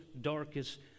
darkest